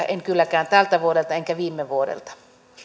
en kylläkään tältä vuodelta enkä viime vuodelta